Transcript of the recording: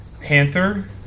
Panther